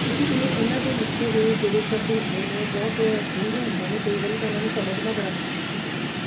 ਕਿਉਂਕਿ ਇਹ ਇਹਨਾਂ ਦੇ ਲਿਖੇ ਹੋਏ ਜਿਹੜੇ ਸ਼ਬਦ ਹੁੰਦੇ ਨੇ ਉਹ ਬਹੁਤ ਡੂੰਘੇ ਹੁੰਦੇ ਨੇ ਕਈ ਵਾਰ ਤਾਂ ਉਹਨਾਂ ਨੂੰ ਸਮਝਣਾ ਬੜਾ ਮੁਸ਼ਕਿਲ ਹੋ ਜਾਂਦਾ